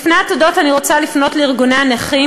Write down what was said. לפני התודות אני רוצה לפנות לארגוני הנכים,